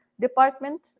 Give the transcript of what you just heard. department